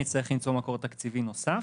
נצטרך למצוא מקור תקציבי נוסף.